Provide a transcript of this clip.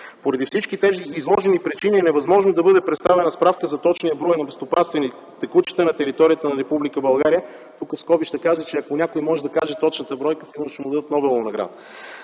Поради всички тези изложени причини е невъзможно да бъде представена справка за точния брой на безстопанствените кучета на територията на Република България. Тук в скоби ще кажа, че ако някой може да каже точната бройка, сигурно ще му дадат Нобелова награда!?